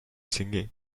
singing